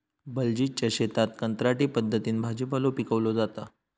बलजीतच्या शेतात कंत्राटी पद्धतीन भाजीपालो पिकवलो जाता